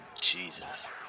Jesus